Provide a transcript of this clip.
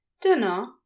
DINNER